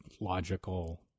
logical